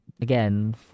again